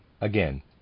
Again